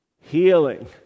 healing